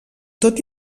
tot